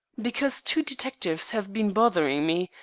because two detectives have been bothering me,